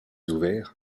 ouvert